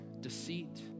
deceit